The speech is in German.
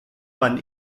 man